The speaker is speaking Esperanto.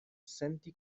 senti